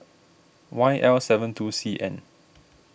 Y L seven two C N